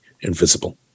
invisible